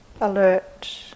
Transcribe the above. alert